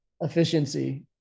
efficiency